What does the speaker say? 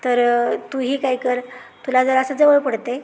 तर तूही काय कर तुला जरासं जवळ पडतं आहे